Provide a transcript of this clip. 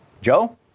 Joe